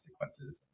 consequences